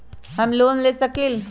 हम लोन ले सकील?